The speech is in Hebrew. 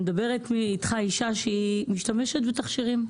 מדברת איתך אישה שמשתמשת בתכשירים,